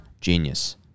Genius